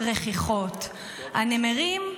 רכיכות, הנמרים?